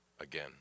again